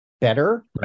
better